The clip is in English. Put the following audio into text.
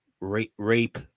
rape